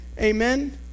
amen